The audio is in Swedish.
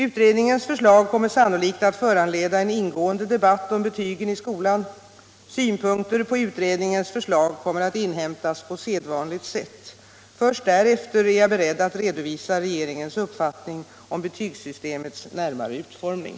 Utredningens förslag kommer sannolikt att föranleda en ingående debatt om betygen i skolan. Synpunkter på utredningens förslag kommer att inhämtas på sedvanligt sätt. Först därefter är jag beredd att redovisa regeringens uppfattning om betygssystemets närmare utformning.